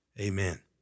Amen